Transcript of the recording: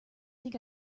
think